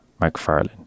McFarlane